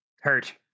Hurt